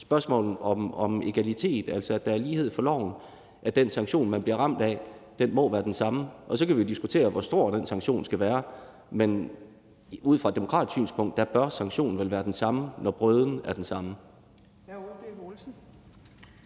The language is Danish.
spørgsmål om egalitet, altså at der er lighed for loven, og at den sanktion, man bliver ramt af, må være den samme. Så kan vi diskutere, hvor stor den sanktion skal være; men ud fra et demokratisk synspunkt bør sanktionen vel være den samme, når brøden er den samme.